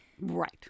Right